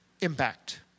impact